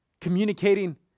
Communicating